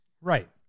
right